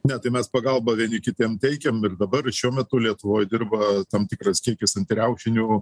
ne tai mes pagalbą vieni kitiem teikiam ir dabar šiuo metu lietuvoj dirba tam tikras kiekis antiriaušinių